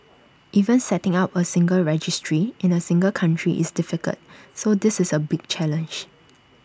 even setting up A single registry in A single country is difficult so this is A big challenge